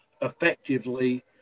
effectively